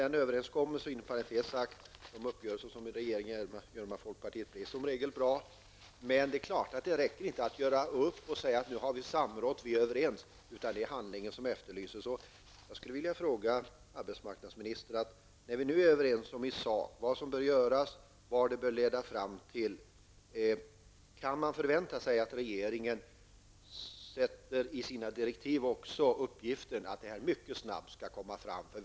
Inom parentes sagt blir de uppgörelser som regeringen träffar med folkpartiet i regel bra. Men det räcker inte att göra upp och säga: Nu har vi samrått och är överens. Det är handling som efterlyses. Jag vill fråga arbetsmarknadsministern: När vi nu är överens om vad som i sak bör göras och vad detta bör leda fram till, kan man då förvänta sig att regeringen i sina direktiv också anger att ett förslag skall komma fram mycket snabbt?